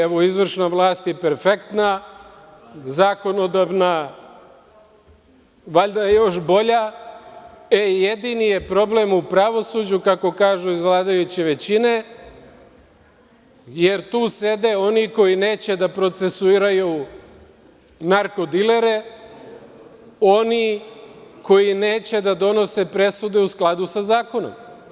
Evo, izvršna vlast je perfektna, zakonodavna valjda još bolja, e, jedini je problem u pravosuđu, kako kažu iz vladajuće većine, jer tu sede oni koji neće da procesuiraju narko dilere, oni koji neće da donose presude u skladu sa zakonom.